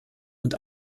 und